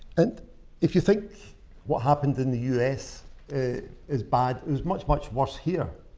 and if you think what happened in the us is bad, it was much much worse here.